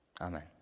Amen